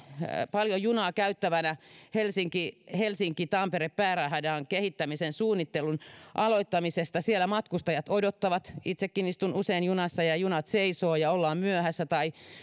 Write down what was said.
paljon junaa käyttävänä helsinki helsinki tampere pääradan kehittämisen suunnittelun aloittamisesta siellä matkustajat odottavat itsekin istun usein junassa ja junat seisovat ja ollaan myöhässä tai